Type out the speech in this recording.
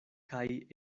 kaj